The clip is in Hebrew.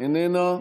איננה,